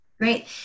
Great